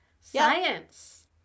science